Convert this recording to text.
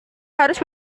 harus